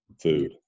food